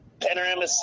Panorama